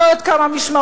אני לא יודעת כמה משמרות,